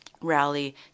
rally